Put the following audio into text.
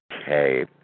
Okay